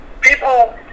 people